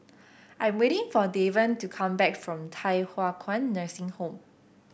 I'm waiting for Davon to come back from Thye Hua Kwan Nursing Home